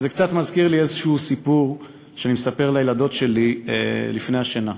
זה קצת מזכיר לי איזשהו סיפור שאני מספר לילדות שלי לפני השינה,